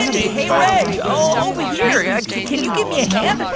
mindy. hey, reg over here. yeah can you give me a hand?